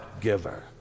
giver